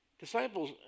Disciples